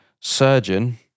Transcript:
surgeon